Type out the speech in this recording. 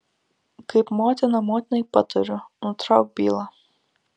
kaip motina motinai patariu nutrauk bylą